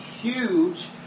huge